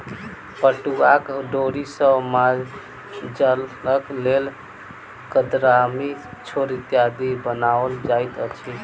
पटुआक डोरी सॅ मालजालक लेल गरदामी, छोड़ इत्यादि बनाओल जाइत अछि